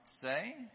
say